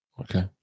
Okay